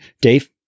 Dave